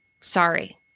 sorry